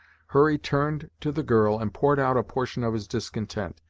hurry turned to the girl and poured out a portion of his discontent,